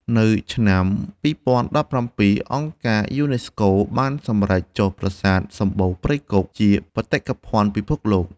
នៅឆ្នាំ ២០១៧ អង្គការយូណេស្កូបានសម្រេចចុះប្រាសាទសំបូរព្រៃគុកជាបេតិកភណ្ឌពិភពលោក។